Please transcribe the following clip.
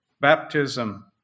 Baptism